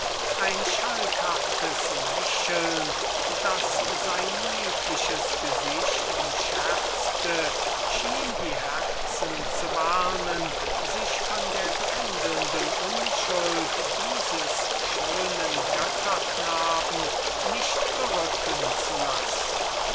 ein schalkhaftes lächeln das sein liebliches gesicht umscherzte schien die herzen zu warnen sich von der tändelnden unschuld dieses schönen götterknabens nicht sorglos machen zu lassen